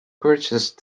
purchased